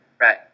Right